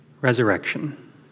resurrection